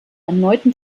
erneuten